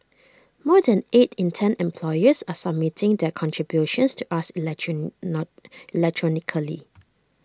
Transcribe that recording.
more than eight in ten employers are submitting their contributions to us electronically